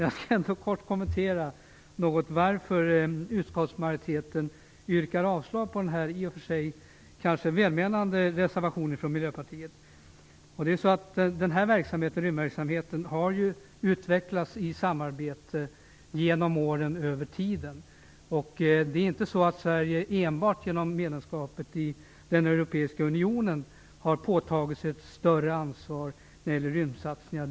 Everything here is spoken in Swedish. Jag skall bara kort kommentera varför utskottsmajoriteten yrkar avslag på den i och för sig kanske välmenande reservationen från Miljöpartiet. Rymdverksamheten har utvecklats i samarbete genom åren över tiden. Det är inte så att Sverige enbart genom medlemskapet i den europeiska unionen har påtagit sig ett större ansvar när det gäller rymdsatsningar.